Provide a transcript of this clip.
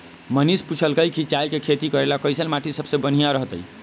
मनीष पूछलकई कि चाय के खेती करे ला कईसन माटी सबसे बनिहा रहतई